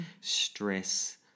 stress